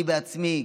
אני בעצמי,